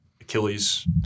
Achilles